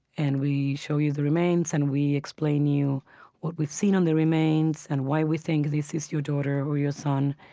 and we show you the remains and we explain to you what we've seen on the remains and why we think this is your daughter or your son?